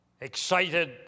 excited